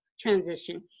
transition